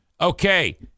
okay